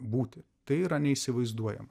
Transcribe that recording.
būti tai yra neįsivaizduojama